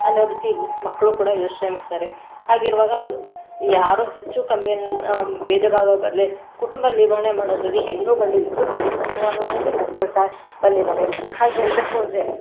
ಅನ್ನೋ ರೀತಿ ಮಕ್ಕಳು ಕೂಡ ಯೋಚನೆ ಮಾಡ್ತಾರೆ ಹಾಗಿರುವಾಗ ಯಾರು ಹೆಚ್ಚು ಕಮ್ಮಿ ಬೇಧ ಭಾವ ಬರದೇ ಕುಟುಂಬ ನಿರ್ವಹಣೆ ಮಾಡೋದ್ರಲ್ಲಿ ಹೆಣ್ಣು ಗಂಡು ಇಬ್ಬರು ಸರಿ ಸಮವಾಗಿ ನಡ್ಕೊಳ್ತಾ ಬಂದಿದ್ದಾರೆ ಹಾಗೆ ಹೇಳಬೇಕು ಅಂದರೆ